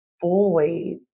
fully